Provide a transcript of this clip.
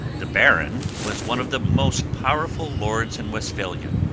the baron was one of the most powerful lords in westphalia,